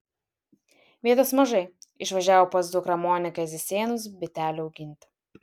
vietos mažai išvažiavo pas dukrą moniką į zizėnus bitelių auginti